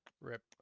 Rip